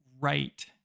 right